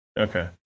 okay